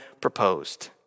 proposed